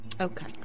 Okay